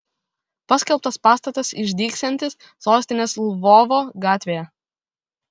paskelbtas pastatas išdygsiantis sostinės lvovo gatvėje